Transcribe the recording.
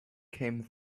came